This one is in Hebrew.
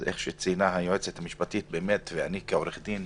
כמו שציינה היועצת המשפטית, ואני כעורך דין